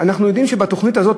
אנחנו יודעים שבתוכנית הזאת,